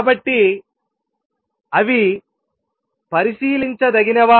కాబట్టి అవి పరిశీలించదగినవా